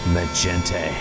Magenta